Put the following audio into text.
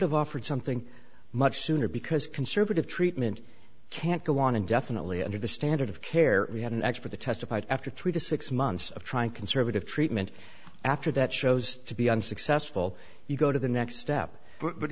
have offered something much sooner because conservative treatment can't go on indefinitely under the standard of care we had an expert that testified after three to six months of trying to conservative treatment after that shows to be unsuccessful you go to the next step but